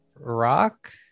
rock